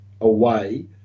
away